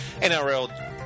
NRL